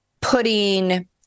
putting